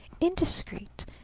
Indiscreet